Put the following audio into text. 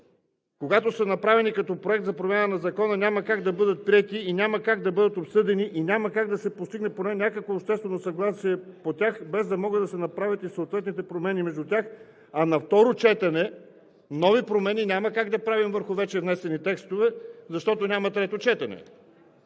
когато са направени като Проект за промяна на Закона, няма как да бъдат приети, и няма как да бъдат обсъдени, и няма как да се постигне поне някакво обществено съгласие по тях, без да могат да се направят съответните промени между тях, а на второ четене нови промени няма как да правим върху вече внесени текстове, защото няма трето четене.